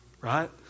right